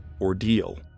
ordeal